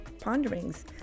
ponderings